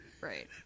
Right